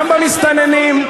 גם במסתננים,